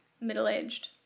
middle-aged